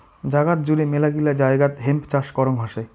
জাগাত জুড়ে মেলাগিলা জায়গাত হেম্প চাষ করং হসে